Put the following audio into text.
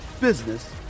business